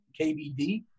KBD